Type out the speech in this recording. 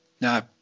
no